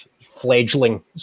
fledgling